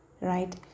right